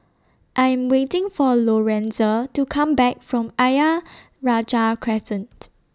I Am waiting For Lorenza to Come Back from Ayer Rajah Crescent